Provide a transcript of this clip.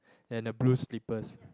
and a blue slippers